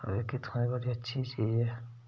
ओह् बी इक इत्थुं दी बड़ी अच्छी चीज़ ऐ